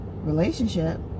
relationship